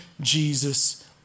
Jesus